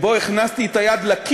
גם לי זה צרם.